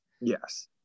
yes